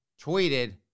tweeted